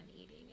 eating